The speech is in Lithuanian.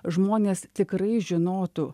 žmonės tikrai žinotų